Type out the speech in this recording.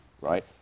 right